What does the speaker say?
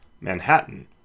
Manhattan